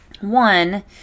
one